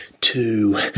two